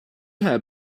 had